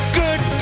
good